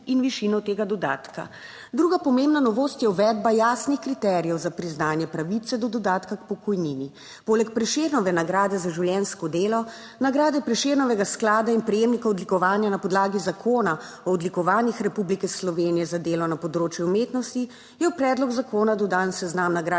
in višino tega dodatka. Druga pomembna novost je uvedba jasnih kriterijev za priznanje pravice do dodatka k pokojnini. Poleg Prešernove nagrade za življenjsko delo, nagrade Prešernovega sklada in prejemnikov odlikovanja na podlagi Zakona o odlikovanjih Republike Slovenije za delo na področju umetnosti, je v predlog zakona dodan seznam nagrad